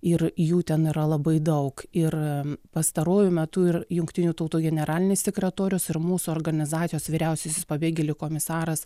ir jų ten yra labai daug ir pastaruoju metu ir jungtinių tautų generalinis sekretorius ir mūsų organizacijos vyriausiasis pabėgėlių komisaras